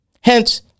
Hence